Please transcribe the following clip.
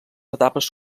etapes